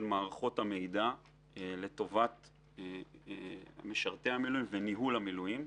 מערכות המידע לטובת משרתי המילואים וניהול המילואים.